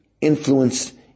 influenced